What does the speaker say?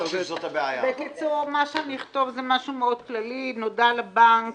בקיצור, מה שאכתוב הוא די כללי: נודע לבנק